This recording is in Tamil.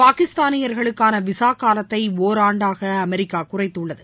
பாகிஸ்தானியர்களுக்கான விசா காலத்தை ஓராண்டாக அமெரிக்கா குறைத்துள்ளது